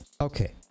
Okay